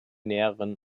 näheren